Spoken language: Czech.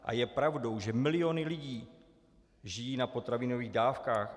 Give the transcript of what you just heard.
A je pravdou, že miliony lidí žijí na potravinových dávkách?